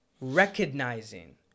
recognizing